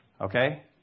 Okay